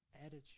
attitude